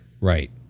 Right